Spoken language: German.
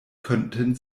könnten